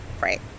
Right